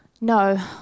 no